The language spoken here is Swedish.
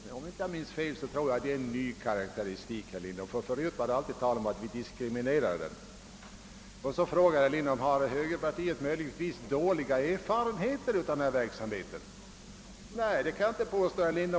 Om jag inte minns fel tror jag detta är en ny karakteristik, herr Lindholm! Förut var det alltid tal om att vi diskriminerade den. Så frågade herr Lindholm: Har högerpartiet möjligtvis dåliga erfarenheter av denna politiska verksamhet? Nej, det vill jag inte påstå.